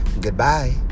Goodbye